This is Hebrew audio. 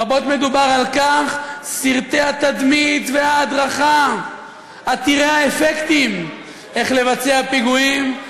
רבות מדובר על סרטי התדמית וההדרכה עתירי האפקטים איך לבצע פיגועים,